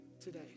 today